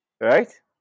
Right